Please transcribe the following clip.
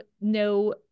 no